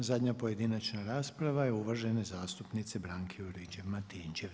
I zadnja pojedinačna rasprava je uvažene zastupnice Branke Juričev-Martinčev.